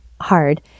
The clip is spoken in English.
hard